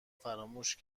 فراموش